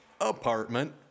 apartment